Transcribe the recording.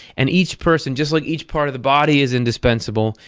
and each person, just like each part of the body is indispensable,